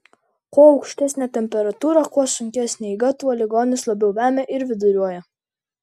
kuo aukštesnė temperatūra kuo sunkesnė eiga tuo ligonis labiau vemia ir viduriuoja